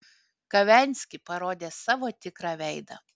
kavenski parodė savo tikrą veidą